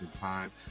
time